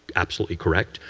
absolutely correct,